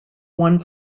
one